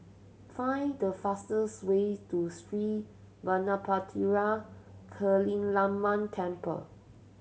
find the fastest way to Sri Vadapathira Kaliamman Temple